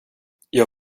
jag